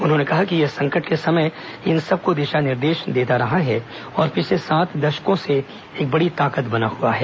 उन्होंने कहा कि यह संकट के समय इन सबको दिशा निर्देश देता रहा है और पिछले सात दशकों से एक बड़ी ताकत बना हुआ है